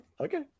Okay